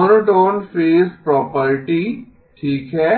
monotone phase property ठीक है